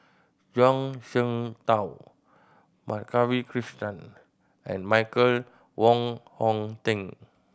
Zhuang Shengtao Madhavi Krishnan and Michael Wong Hong Teng